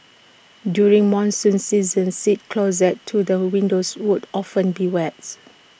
during monsoon season seats closest to the windows would often be wets